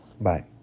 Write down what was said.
Bye